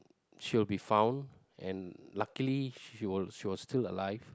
she'll be find and luckily she was still alive